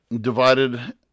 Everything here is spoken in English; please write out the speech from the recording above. divided